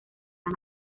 san